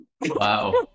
Wow